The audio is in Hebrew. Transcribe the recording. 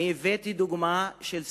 הבאתי דוגמה של סח'נין.